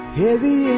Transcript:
heavy